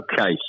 Okay